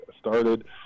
started